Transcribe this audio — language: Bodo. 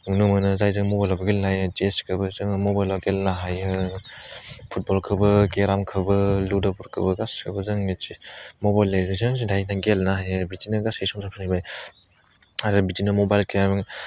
नुनो मोनो जायजों मबाइलावबो गेलेनो हायो सेइचखौबो जोङो मबाइलाव गेलेनो हायो फुटबलखौबो केरामखौबो लुदुफोरखौबो गासिबखौबो जों मिथि मबेल एपजों जों दायो गेलेनो हायो बिदिनो गासै संसाफोरनिबो आरो बिदिनो मबाइल गेम